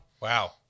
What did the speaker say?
Wow